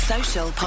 Social